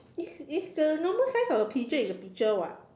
it's it's the normal size of a pigeon in the picture [what]